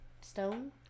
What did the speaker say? Stone